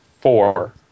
Four